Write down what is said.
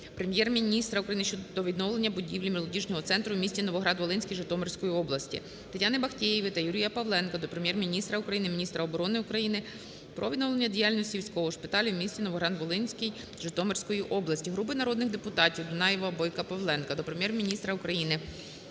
Прем'єр-міністра України щодо відновлення будівлі Молодіжного центру в місті Новоград-Волинський Житомирської області. Тетяни Бахтеєвої та Юрія Павленка до Прем'єр-міністра України, міністра оборони України про відновлення діяльності військового шпиталю у місті Новоград-Волинський Житомирської області. Групи народних депутатів (Дунаєва, Бойка, Павленка) до Прем'єр-міністра України